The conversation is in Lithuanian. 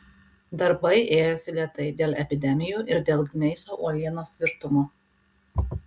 darbai ėjosi lėtai dėl epidemijų ir dėl gneiso uolienos tvirtumo